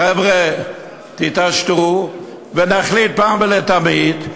חבר'ה, תתעשתו, ונחליט אחת ולתמיד.